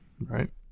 Right